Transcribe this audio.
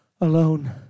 alone